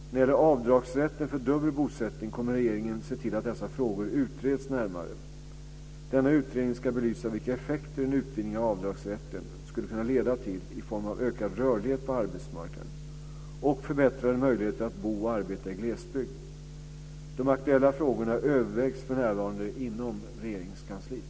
När det gäller avdragsrätten för dubbel bosättning kommer regeringen se till att dessa frågor utreds närmare. Denna utredning ska belysa vilka effekter en utvidgning av avdragsrätten skulle kunna leda till i form av ökad rörlighet på arbetsmarknaden och förbättrade möjligheter att bo och arbeta i glesbygd. De aktuella frågorna övervägs för närvarande inom Regeringskansliet.